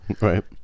Right